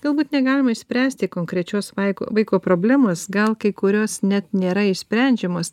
galbūt negalima išspręsti konkrečios vaiko vaiko problemos gal kai kurios net nėra išsprendžiamos